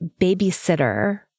babysitter